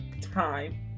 time